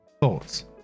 Thoughts